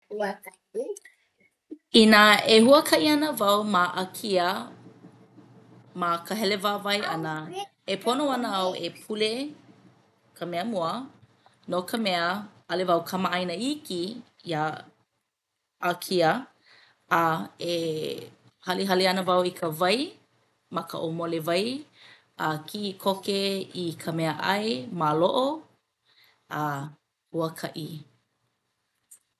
Inā e huakaʻi ana wau ma ʻĀkia ma ka hele wāwae ʻana e pono ana au e pule, ka mea mua no ka mea ʻaʻole au kamaʻaina iki iā ʻĀkia a e halihali ana wau i ka wai ma ka ʻōmole wai a kiʻi koke i ka meaʻai maloʻo a huakaʻi.